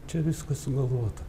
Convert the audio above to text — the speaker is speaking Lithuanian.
čia viskas sugalvota